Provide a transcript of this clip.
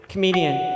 Comedian